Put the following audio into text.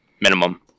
minimum